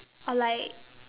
or like